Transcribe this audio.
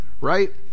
right